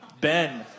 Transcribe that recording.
Ben